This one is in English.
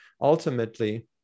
ultimately